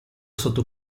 sotto